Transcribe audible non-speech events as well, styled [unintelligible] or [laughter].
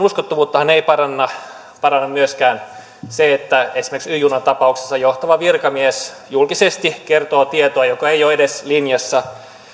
[unintelligible] uskottavuuttahan ei paranna paranna myöskään se että esimerkiksi y junan tapauksessa johtava virkamies julkisesti kertoo tietoa joka ei ole edes linjassa